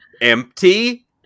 empty